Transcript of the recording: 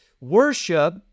worship